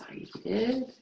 excited